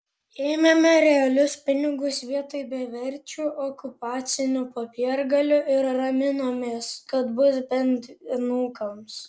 ėmėme realius pinigus vietoj beverčių okupacinių popiergalių ir raminomės kad bus bent anūkams